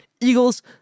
Eagles